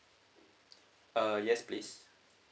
uh yes please